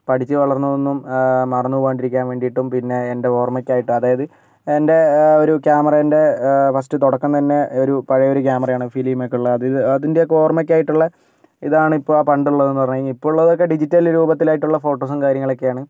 പഠിച്ച് വളർന്നതൊന്നും മറന്ന് പോകാണ്ടിരിക്കാൻ വേണ്ടിയിട്ടും പിന്നെ എൻ്റെ ഓർമ്മക്കായിട്ടും അതായത് എൻ്റെ ഒരു ക്യാമറേൻ്റെ ഫസ്റ്റ് തുടക്കം തന്നെ ഒരു പഴയൊരു ക്യാമറയാണ് ഫിലിമൊക്കെ ഉള്ള അത് അതിൻ്റെയൊക്കെ ഓർമ്മക്കായിട്ടുള്ള ഇതാണിപ്പോൾ പണ്ടുള്ളതിൽ നിന്ന് പറഞ്ഞ് കഴിഞ്ഞാൽ ഇപ്പം ഉള്ളതൊക്കെ ഡിജിറ്റൽ രൂപത്തിലായിട്ടുള്ള ഫോട്ടോസും കാര്യങ്ങളൊക്കെയാണ്